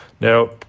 Now